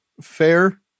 fair